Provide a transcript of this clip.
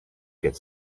get